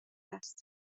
است